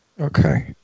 Okay